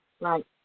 Right